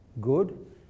good